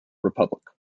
republic